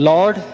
Lord